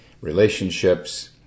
relationships